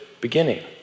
beginning